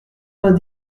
vingt